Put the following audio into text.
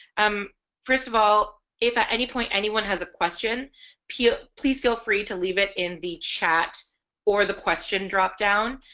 um first of all if at any point anyone has a question ah please feel free to leave it in the chat or the question drop-down.